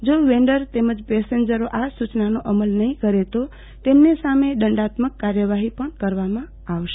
જો વેન્ડરો તેમજ પેસેન્જરો આ સૂચનાનો અમલ નહીં કરે તો તેમની સામે દંડાત્મક કાર્યવાહી પણ કરવામાં આવશે